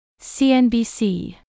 CNBC